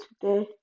today